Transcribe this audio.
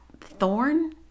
thorn